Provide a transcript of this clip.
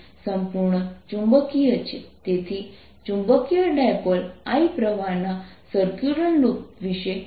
તમને યાદ છે કે આપણે વ્યાખ્યાનમાં કર્યું છે કે